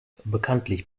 bekanntlich